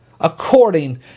according